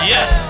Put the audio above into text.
Yes